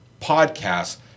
podcasts